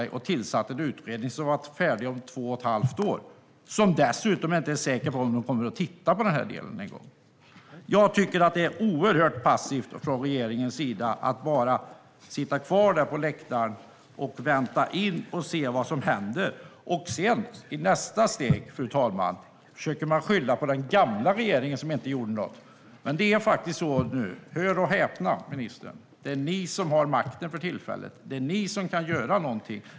Den har tillsatt en utredning som ska vara färdig om två och ett halvt år, och det är inte ens säkert att utredningen kommer att titta på den här delen. Jag tycker att det är oerhört passivt från regeringens sida att bara sitta där på läktaren och vänta in och se vad som händer. I nästa steg, fru talman, försöker man skylla på den gamla regeringen och att den inte gjorde något. Det är faktiskt så nu - hör och häpna, ministern - att det är ni som har makten för tillfället. Det är ni som kan göra någonting.